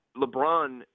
LeBron